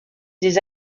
des